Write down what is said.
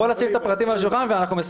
בואו נשים את הפרטים על השולחן ואני מסיים.